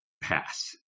pass